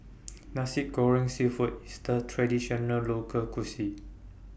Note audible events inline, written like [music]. [noise] Nasi Goreng Seafood IS A Traditional Local Cuisine